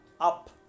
up